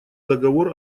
договор